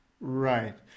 Right